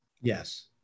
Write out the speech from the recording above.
Yes